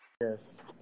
Yes